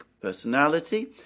personality